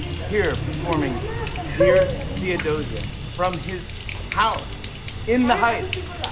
here performing dear theodosia, from his house in the heights,